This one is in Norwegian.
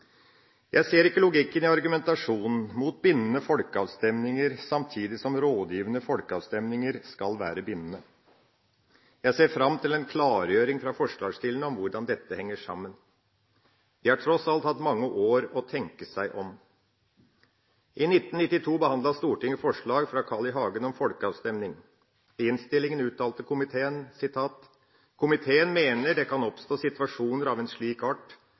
Jeg ser ikke logikken i argumentasjonen mot bindende folkeavstemninger samtidig som rådgivende folkeavstemninger skal være bindende. Jeg ser fram til en klargjøring fra forslagsstillerne av hvordan dette henger sammen. De har tross alt hatt mange år på å tenke seg om. I 1992 behandlet Stortinget forslag fra Carl I. Hagen om folkeavstemning. I innstillingen uttalte komiteen: «Komiteen mener det kan oppstå situasjoner av en slik art